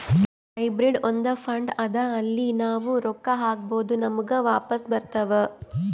hybrid ಒಂದ್ fund ಅದಾ ಅಲ್ಲಿ ನಾವ್ ರೊಕ್ಕಾ ಹಾಕ್ಬೋದ್ ನಮುಗ ವಾಪಸ್ ಬರ್ತಾವ್